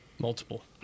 Multiple